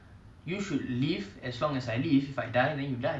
need to grow and mature not physically as adults and not